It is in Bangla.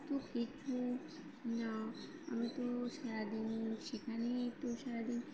তো কিছু না আমি তো সারাদিন সেখানেই তো সারাদিন